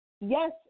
Yes